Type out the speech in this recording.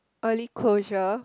early closure